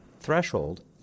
threshold